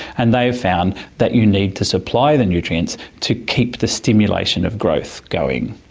and they have found that you need to supply the nutrients to keep the stimulation of growth going.